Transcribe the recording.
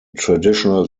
traditional